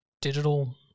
digital